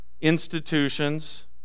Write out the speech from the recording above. institutions